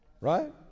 right